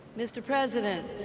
mr. president,